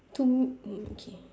to m~ um okay